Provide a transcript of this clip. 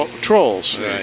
Trolls